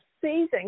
season